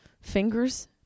fingers